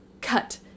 cut